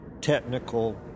technical